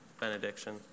benediction